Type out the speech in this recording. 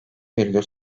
virgül